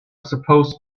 supposed